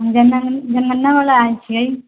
जनगणना वला आयल छियै